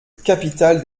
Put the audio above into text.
capital